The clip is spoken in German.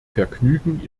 vergnügen